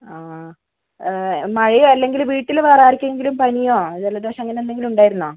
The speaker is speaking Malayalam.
ആ മഴയോ അല്ലെങ്കിൽ വീട്ടിൽ വേറാർക്കെങ്കിലും പനിയോ ജലദോഷമോ അങ്ങനെയെന്തെങ്കിലും ഉണ്ടായിരുന്നോ